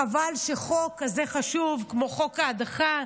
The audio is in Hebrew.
חבל שחוק כזה חשוב כמו חוק ההדחה,